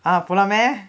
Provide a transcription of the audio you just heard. ah போலாமே:polaamae